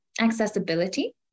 accessibility